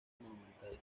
monumental